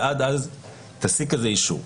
ועד אז תשיג אישור.